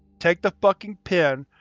take the fucking pen,